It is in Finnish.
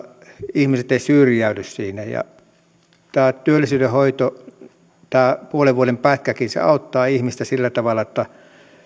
ihmiset eivät syrjäydy siinä tämä työllisyydenhoito puolen vuoden pätkäkin auttaa ihmistä sillä tavalla että